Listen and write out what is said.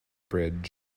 bridge